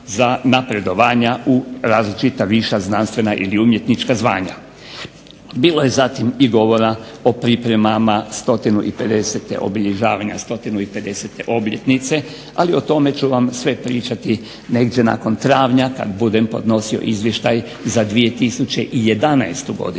za napredovanja u različita viša znanstvena ili umjetnička zvanja. Bilo je zatim i govora o pripremama obilježavanja 150. obljetnice, ali o tome ću vam sve pričati negdje nakon travnja kada budem podnosio izvještaj za 2011. godinu.